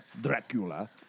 Dracula